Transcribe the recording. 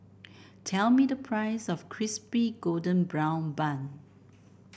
tell me the price of Crispy Golden Brown Bun